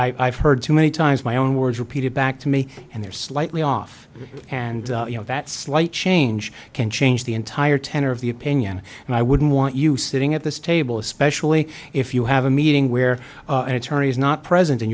very i've heard too many times my own words repeated back to me and they're slightly off and you know that slight change can change the entire tenor of the opinion and i wouldn't want you sitting at this table especially if you have a meeting where an attorney is not present and